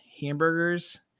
hamburgers